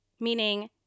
meaning